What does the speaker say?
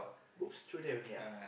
through that only ah